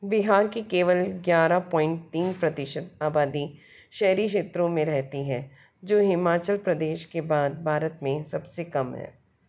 बिहार की केवल ग्यारह पॉइन्ट तीन प्रतिशत आबादी शहरी क्षेत्रों में रहती है जो हिमाचल प्रदेश के बाद भारत में सबसे कम है